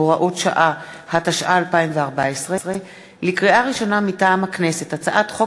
הישיבה המאה-ושמונים-וארבע של הכנסת התשע-עשרה יום שני,